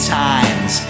times